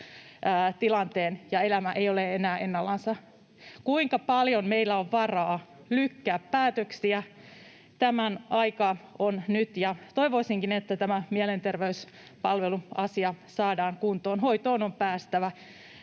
tilanteen, ja elämä ei ole enää ennallansa. Kuinka paljon meillä on varaa lykätä päätöksiä? Tämän aika on nyt, ja toivoisinkin, että tämä mielenterveyspalveluasia saadaan kuntoon. Hoitoon on päästävä